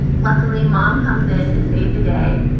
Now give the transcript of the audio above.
luckily, mum comes in to save the day.